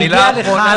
זה הגיע לכאן,